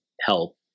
help